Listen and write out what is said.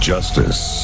Justice